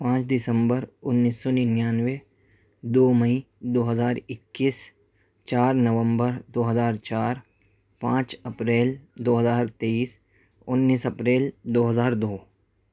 پانچ دسمبر انیس سو ننانوے دو مئی دو ہزار اکیس چار نومبر دو ہزار چار پانچ اپریل دو ہزار تیئیس انیس اپریل دو ہزار دو